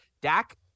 Dak